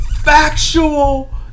factual